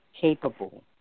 capable